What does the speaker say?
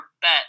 bet